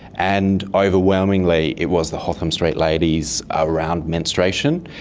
and overwhelmingly it was the hotham street ladies around menstruation.